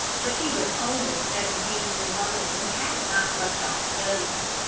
for she was only seventeen years old, and had not left off studying.